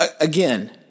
Again